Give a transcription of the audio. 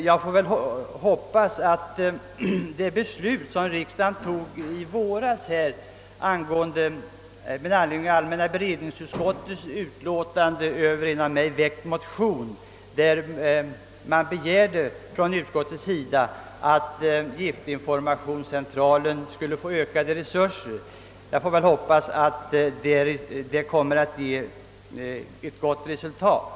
Jag får dock hoppas att det beslut som riksdagen fattade i våras — i anledning av allmänna beredningsutskottets utlåtande över en av mig väckt motion — om att giftinformationscentralen skulle få ökade resurser kommer att ge ett gott resultat.